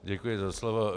Děkuji za slovo.